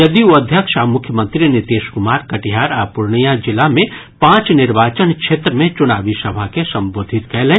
जदयू अध्यक्ष आ मुख्यमंत्री नीतीश कुमार कटिहार आ पूर्णियां जिला मे पांच निर्वाचन क्षेत्र मे चुनावी सभा के संबोधित कयलनि